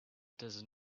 does